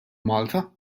malta